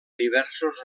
diversos